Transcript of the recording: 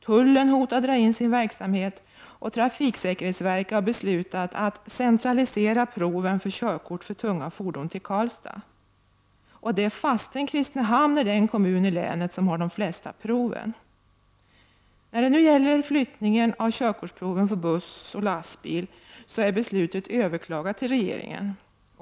Tullen hotar dra in sin verksamhet, och trafiksäkerhetsverket har beslutat att centralisera proven för körkort för tunga fordon till Karlstad, fastän Kristinehamn är den kommun i länet som har de flesta proven. När det gäller flyttningen av körkortsproven för buss och lastbil är beslutet överklagat till regeringen.